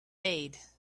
made